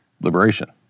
Liberation